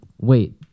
wait